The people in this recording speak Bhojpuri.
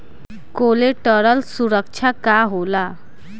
कोलेटरल सुरक्षा का होला?